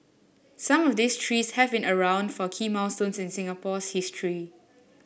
some of these trees have been around for key milestones in Singapore's history